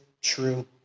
true